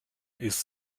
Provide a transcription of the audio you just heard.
ist